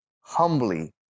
humbly